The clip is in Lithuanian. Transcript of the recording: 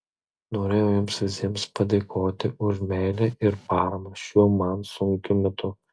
norėjau jums visiems padėkoti už meilę ir paramą šiuo man sunkiu metu